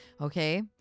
Okay